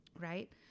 Right